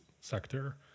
sector